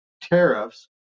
tariffs